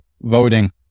voting